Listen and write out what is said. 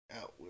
out